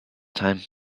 time